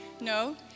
No